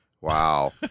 wow